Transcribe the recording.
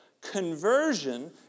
Conversion